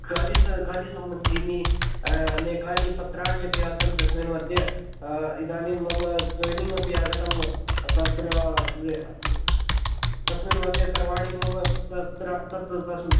कार्य स कार्यसम्बन्धीनी अनेकानि पत्राणि अपि आसन् तस्मिन् मध्ये इदानीं मम जाय्निङ्ग् अपि आगतं तत्र तस्मिन् मध्ये सर्वाणि मम तत्र तत् तस्मिन्